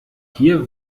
hier